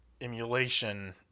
emulation